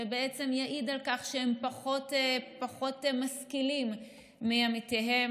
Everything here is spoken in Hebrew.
שיעיד על כך שהם פחות משכילים מעמיתיהם.